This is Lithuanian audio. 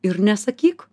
ir nesakyk